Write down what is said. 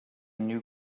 new